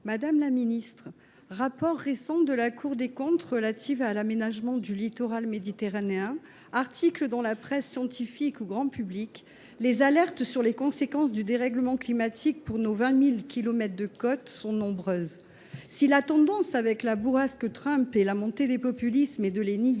qu’il s’agisse du rapport récent de la Cour des comptes relatif à l’aménagement du littoral méditerranéen ou d’articles dans la presse scientifique ou grand public, les alertes sur les conséquences du dérèglement climatique pour nos 20 000 kilomètres de côtes sont nombreuses. Si la tendance – avec la bourrasque Trump et la montée des populismes – est de les nier,